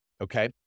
Okay